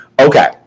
Okay